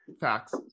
Facts